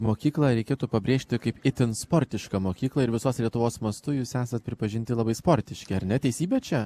mokyklą reikėtų pabrėžti kaip itin sportišką mokyklą ir visos lietuvos mastu jūs esat pripažinti labai sportiški ar ne teisybė čia